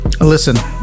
Listen